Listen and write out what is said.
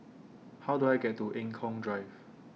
How Do I get to Eng Kong Drive